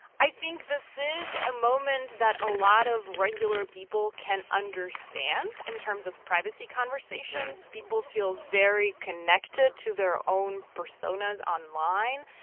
i think this is a moment that a lot of regular people can understand in terms of privacy conversations. people feel very connected to their own personas online.